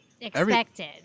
expected